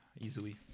easily